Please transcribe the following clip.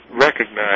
recognize